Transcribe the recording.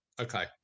Okay